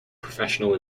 professional